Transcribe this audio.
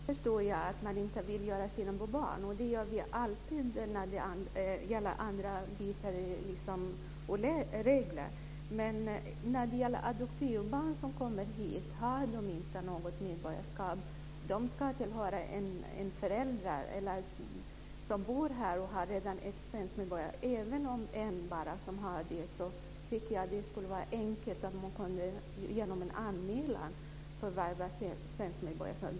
Fru talman! Jag förstår ju att man inte vill göra skillnad mellan barn. Så är det också när det gäller andra regler. Men adoptivbarn som kommer hit har inget medborgarskap. De ska tillhöra föräldrar som bor här och redan har ett svenskt medborgarskap. Även om det bara är en person som har det tycker jag att det vore enkelt om man genom en anmälan kunde förvärva svenskt medborgarskap.